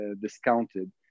discounted